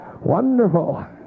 Wonderful